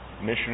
mission